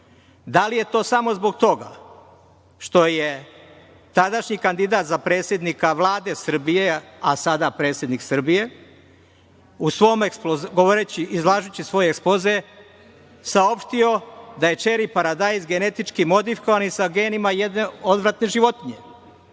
li je to samo zbog toga što je tadašnji kandidat za predsednika Vlade Srbije, a sada predsednik Srbije, izlažući svoj ekspoze, saopštio da je čeri paradajz genetički modifikovan i sa genima jedne odvratne životinje?